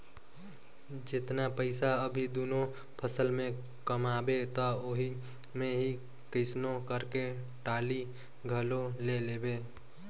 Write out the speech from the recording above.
जेतना पइसा अभी दूनो फसल में कमाबे त ओही मे ही कइसनो करके टाली घलो ले लेबे